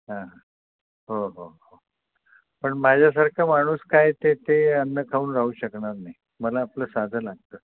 हां हो हो हो पण माझ्यासारखा माणूस काय ते ते अन्न खाऊन राहू शकणार नाही मला आपलं साधं लागतं